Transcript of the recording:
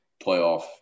playoff